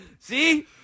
See